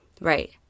Right